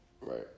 right